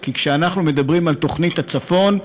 כי כשאנחנו מדברים על תוכנית הצפון,